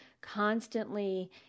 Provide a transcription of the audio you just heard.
constantly